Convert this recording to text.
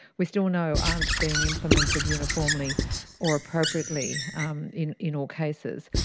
we still know aren't being implemented uniformly or appropriately um in in all cases.